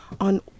on